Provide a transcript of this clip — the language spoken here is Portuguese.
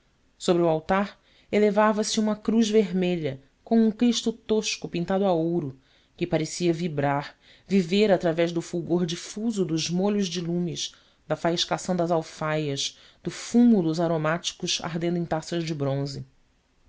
sobre o altar elevava-se uma cruz vermelha com um cristo tosco pintado a ouro que parecia vibrar viver através do fulgor difuso dos molhos de lumes da faiscação das alfaias do fumo dos aromáticos ardendo em taças de bronze